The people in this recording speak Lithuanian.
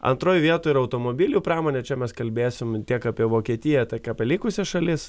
antroj vietoj yra automobilių pramonė čia mes kalbėsim tiek apie vokietiją tiek apie likusias šalis